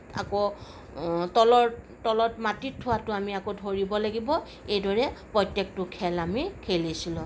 আকৌ তলত মাটিত থোৱাটো আমি আকৌ ধৰিব লাগিব এইদৰে প্ৰত্যেকটো খেল আমি খেলিছিলোঁ